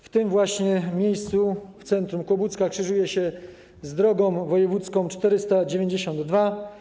W tym właśnie miejscu, w centrum Kłobucka, droga ta krzyżuje się z drogą wojewódzką 492.